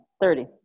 Thirty